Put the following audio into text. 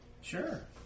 Sure